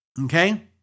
Okay